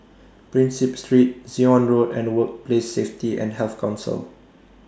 Prinsep Street Zion Road and Workplace Safety and Health Council